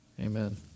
Amen